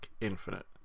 Infinite